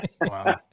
wow